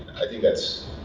i think that's.